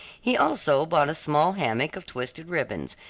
he also bought a small hammock of twisted ribbons,